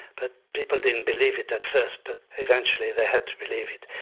but people didn't believe it at first but eventually they had to believe it.